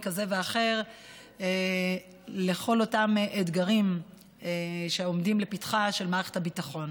כזה ואחר לכל אותם אתגרים שעומדים לפתחה של מערכת הביטחון,